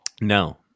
no